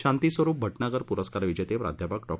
शांती स्वरूप भटनागर पुरस्कार विजेते प्राध्यापक डॉ